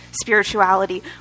spirituality